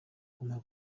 guma